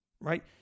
Right